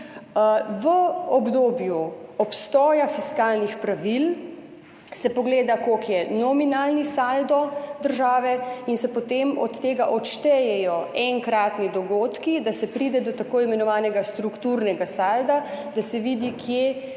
v obdobju obstoja fiskalnih pravil se pogleda, koliko je nominalni saldo države in se potem od tega odštejejo enkratni dogodki, da se pride do tako imenovanega strukturnega salda, da se vidi, kje